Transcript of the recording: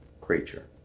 creature